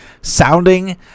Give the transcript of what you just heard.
sounding